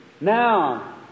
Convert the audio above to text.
Now